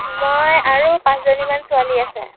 মই আৰু পাঁচজনীমান ছোৱালী আছে